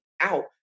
out